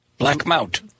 Blackmount